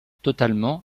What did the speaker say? totalement